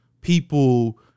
people